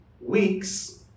weeks